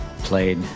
played